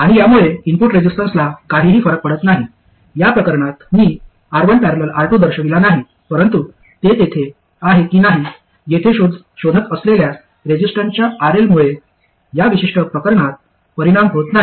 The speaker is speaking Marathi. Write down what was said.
आणि यामुळे इनपुट रेजिस्टन्सला काहीही फरक पडत नाही या प्रकरणात मी R1 ।। R2 दर्शविला नाही परंतु ते तेथे आहे की नाही येथे शोधत असलेल्या रेजिस्टन्सच्या RL मुळे या विशिष्ट प्रकरणात परिणाम होत नाही